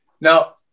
Now